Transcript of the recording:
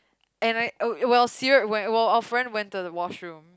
and I I will you will see then went well our friend went to the washroom